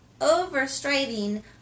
over-striving